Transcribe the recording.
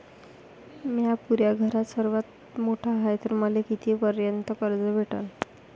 म्या पुऱ्या घरात सर्वांत मोठा हाय तर मले किती पर्यंत कर्ज भेटन?